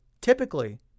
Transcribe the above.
typically